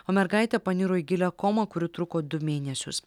o mergaitė paniro į gilią komą kuri truko du mėnesius